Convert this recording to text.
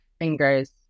fingers